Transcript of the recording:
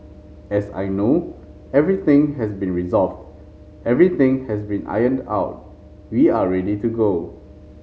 as I know everything has been resolved everything has been ironed out we are ready to go